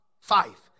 five